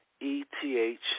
E-T-H